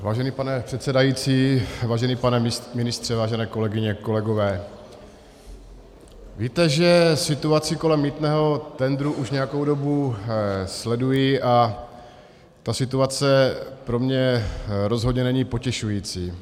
Vážený pane předsedající, vážený pane ministře, vážené kolegyně, kolegové, víte, že situaci kolem mýtného tendru už nějakou dobu sleduji, a ta situace pro mě rozhodně není potěšující.